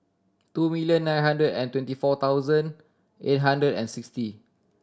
two million nine hundred and twenty four thousand eight hundred and sixty